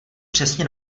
přesně